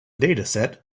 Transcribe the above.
dataset